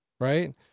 right